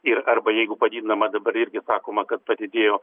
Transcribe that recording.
ir arba jeigu padidinama dabar irgi sakoma kad padidėjo